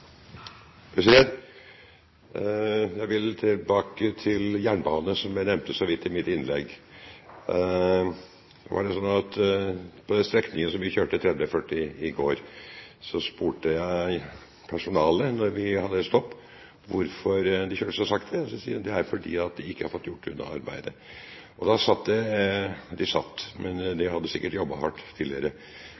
rutemodell. Jeg vil tilbake til jernbane, som jeg nevnte så vidt i mitt innlegg. På den strekningen der vi kjørte i 30–40 km/t i går, spurte jeg personalet, da vi hadde et stopp, hvorfor de kjørte så sakte. Svaret var at det er fordi de ikke har fått gjort unna arbeidet. Det satt to–tre arbeidere ved siden av der – men de hadde sikkert jobbet hardt tidligere. Det